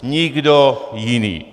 Nikdo jiný.